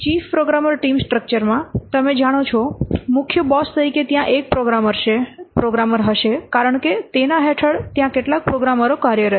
chief programmer team structure માં તમે જાણો છો મુખ્ય બોસ તરીકે ત્યાં એક પ્રોગ્રામર હશે કારણ કે તેના હેઠળ ત્યાં કેટલાક પ્રોગ્રામરો કાર્યરત છે